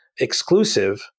exclusive